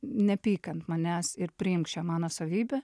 nepyk ant manęs ir priimk šią mano savybę